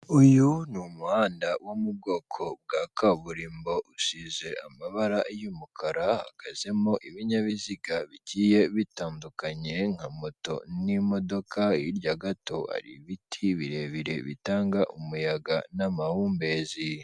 Uyu ni umuhanda wo mu bwoko bwa kaburimbo, usize amabara y'umukara, hahagazemo ibinyabiziga bigiye bitandukanye nka moto n'imodoka, hirya gato hari ibiti birebire bitanga umuyaga n'amahumbezi.